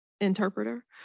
interpreter